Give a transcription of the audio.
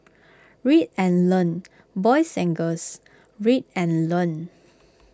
read and learn boys and girls read and learn